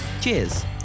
Cheers